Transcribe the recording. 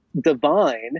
divine